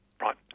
right